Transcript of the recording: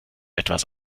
etwas